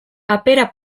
papera